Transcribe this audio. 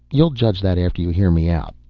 you'll judge that after you hear me out.